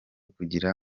kugira